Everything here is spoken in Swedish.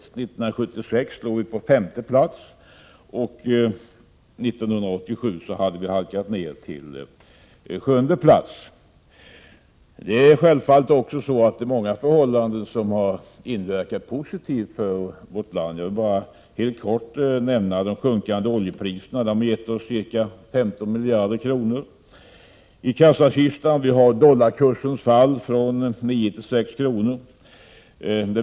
År 1976 låg vi på femte plats, och år 1987 hade vi halkat ned till sjunde plats. Självfallet har många saker haft en positiv inverkan på vårt land. Jag kan nämna de sjunkande oljepriserna, som har inneburit en utgiftsminskning med ca 15 miljarder kronor. Dollarkursens fall från 9 till 6 kr.